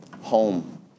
home